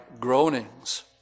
groanings